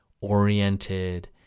oriented